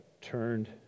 turned